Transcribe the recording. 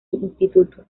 instituto